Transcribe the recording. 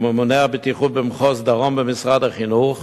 וממונה הבטיחות במחוז הדרום במשרד החינוך,